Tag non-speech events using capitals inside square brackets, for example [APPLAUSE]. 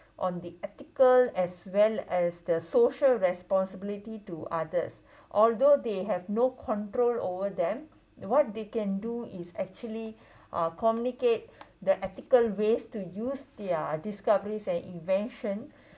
on the ethical as well as the social responsibility to others [BREATH] although they have no control over them what they can do is actually [BREATH] uh communicate [BREATH] the ethical ways to use their discoveries and invention [BREATH]